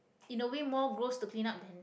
in a way more gross to clean up than